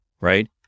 right